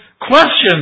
questions